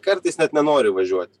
kartais net nenori važiuoti